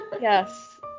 Yes